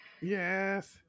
Yes